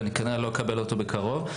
ואני כנראה לא אקבל אותו בקרוב.